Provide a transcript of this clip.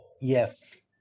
Yes